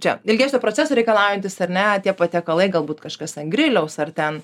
čia ilgesnio proceso reikalaujantys ar ne tie patiekalai galbūt kažkas ant griliaus ar ten